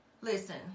Listen